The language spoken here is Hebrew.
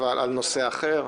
על נושא אחר.